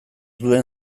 duen